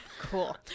cool